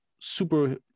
super